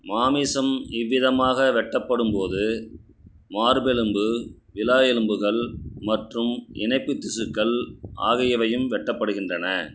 மாமிசம் இவ்விதமாக வெட்டப்படும் போது மார்பெலும்பு விலா எலும்புகள் மற்றும் இணைப்புத் திசுக்கள் ஆகியவையும் வெட்டப்படுகின்றன